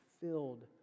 filled